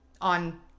on